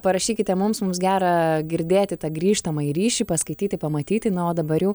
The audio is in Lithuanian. parašykite mums mums gera girdėti tą grįžtamąjį ryšį paskaityti pamatyti na o dabar jau